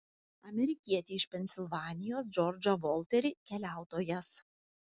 amerikietį iš pensilvanijos džordžą volterį keliautojas